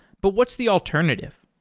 but what's the alternative?